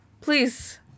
please